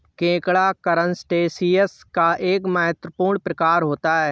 केकड़ा करसटेशिंयस का एक महत्वपूर्ण प्रकार होता है